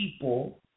people